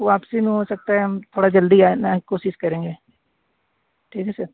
वापसी में हो सकता है हम थोड़ा जल्दी आने की कोशिश करेंगे ठीक है सर